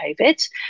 COVID